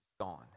Gone